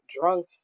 drunk